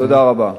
תודה רבה.